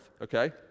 okay